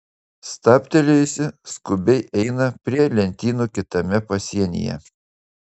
stabtelėjusi skubiai eina prie lentynų kitame pasienyje